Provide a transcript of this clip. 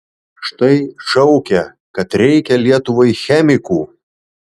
štai šaukia kad reikia lietuvai chemikų